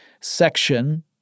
section